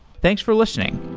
thanks for listening